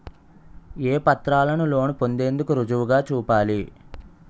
ఏ పత్రాలను లోన్ పొందేందుకు రుజువుగా చూపాలి?